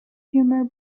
humor